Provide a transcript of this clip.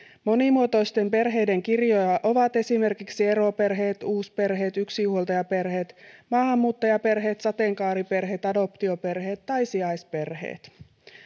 monimuotoisten perheiden kirjoa ovat esimerkiksi eroperheet uusperheet yksinhuoltajaperheet maahanmuuttajaperheet sateenkaariperheet adoptioperheet tai sijaisperheet